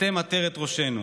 אתם עטרת ראשנו.